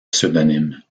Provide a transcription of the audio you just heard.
pseudonyme